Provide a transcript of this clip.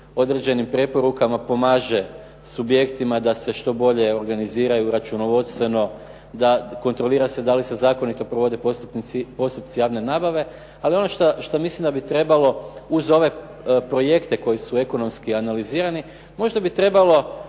određenim preporukama pomaže subjektima da se što bolje organiziraju računovodstveno, da kontrolira se da li se zakonito provode postupci javne nabave, ali ono što mislim da bi trebalo uz ove projekte koji su ekonomski analizirani, možda bi trebalo